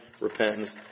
repentance